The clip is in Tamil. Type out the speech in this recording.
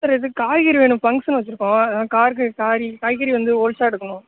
சார் இது காய்கறி வேணும் ஃபங்க்சன் வச்சுருக்கோம் அதுதான் காய்கறி காறி காய்கறி வந்து ஹோல்ஸ்ஸாக எடுக்கணும்